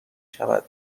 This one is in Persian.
شود